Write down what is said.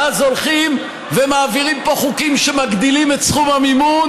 ואז הולכים ומעבירים פה חוקים שמגדילים את סכום המימון,